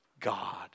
God